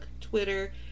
Twitter